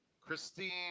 Christine